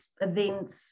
events